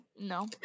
No